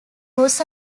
was